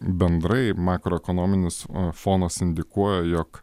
bendrai makroekonominis fonas indikuoja jog